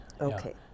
Okay